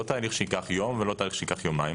תהליך שייקח יום ולא תהליך שייקח יומיים.